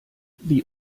wie